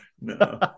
No